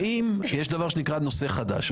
יש דבר שנקרא טענת נושא חדש.